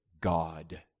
God